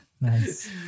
nice